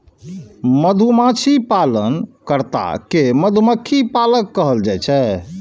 मधुमाछी पालन कर्ता कें मधुमक्खी पालक कहल जाइ छै